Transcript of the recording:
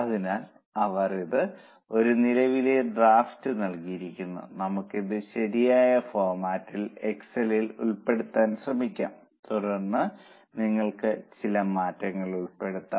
അതിനാൽ അവർ ഇത് ഒരു നിലവിലെ ഡ്രാഫ്റ്റായി നൽകിയിരിക്കുന്നു നമുക്ക് ഇത് ശരിയായ ഫോർമാറ്റിൽ excel ൽ ഉൾപ്പെടുത്താൻ ശ്രമിക്കാം തുടർന്ന് നിങ്ങൾക്ക് ചില മാറ്റങ്ങൾ ഉൾപ്പെടുത്താം